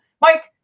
Mike